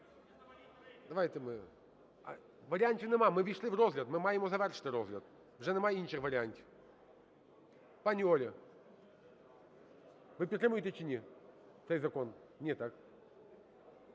давайте ми… Варіантів нема, ми ввійшли в розгляд, ми маємо завершити розгляд. Вже нема інших варіантів. Пані Ольга, ви підтримуєте чи ні цей закон? Ні, так?